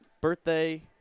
birthday